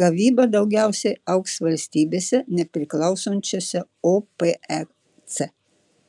gavyba daugiausiai augs valstybėse nepriklausančiose opec